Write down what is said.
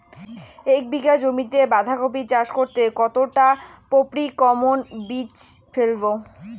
এক বিঘা জমিতে বাধাকপি চাষ করতে কতটা পপ্রীমকন বীজ ফেলবো?